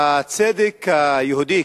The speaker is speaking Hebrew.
הצדק היהודי,